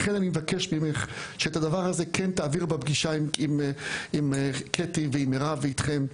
לכן אני מבקש ממך שאת הדבר הזה כן תעבירי בפגישה עם קטי ועם מירב ואתכם.